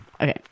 Okay